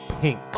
Pink